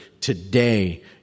today